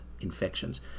infections